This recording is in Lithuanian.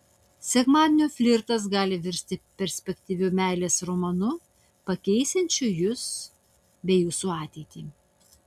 sekmadienio flirtas gali virsti perspektyviu meilės romanu pakeisiančiu jus bei jūsų ateitį